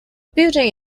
building